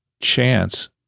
chance